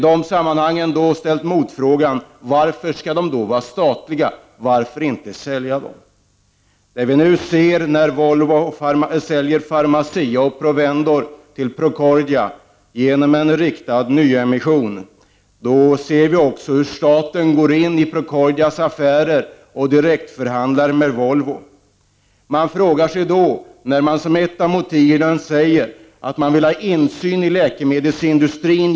Vi har då ställt frågan: Varför skall de i så fall vara statliga? Varför inte sälja dem? När vi nu ser hur Volvo säljer Pharmacia och Provendor till Procordia genom en riktad nyemission, ser vi också hur staten går in i Procordias affärer och direktförhandlar med Volvo. Ett av motiven sägs vara att regeringen genom denna affär vill få insyn i läkemedelsindustrin.